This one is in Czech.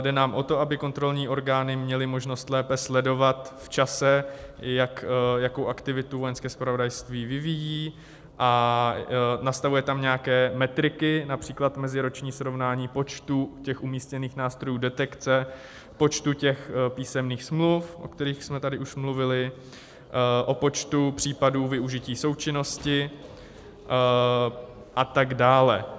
Jde nám o to, aby kontrolní orgány měly možnost lépe sledovat v čase, jakou aktivitu Vojenské zpravodajství vyvíjí a nastavuje tam nějaké metriky, například meziroční srovnání počtu umístěných nástrojů detekce, počtu písemných smluv, o kterých jsme tady už mluvili, počtu případů využití součinnosti a tak dále.